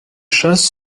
chasse